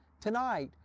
tonight